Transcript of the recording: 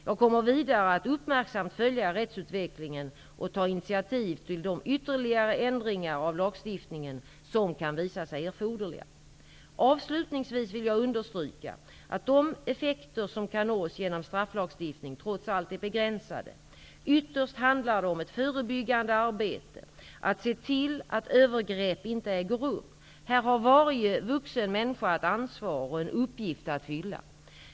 Jag kommer vidare att uppmärksamt följa rättsutvecklingen och ta initiativ till de ytterligare ändringar av lagstiftningen som kan visa sig erforderliga. Avslutningsvis vill jag understryka att de effekter som kan nås genom strafflagstiftningen trots allt är begränsade. Ytterst handlar det om ett förebyggande arbete, att se till att övergrepp inte äger rum. Här har varje vuxen människa ett ansvar och en uppgift att fylla.